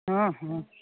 हँ हँ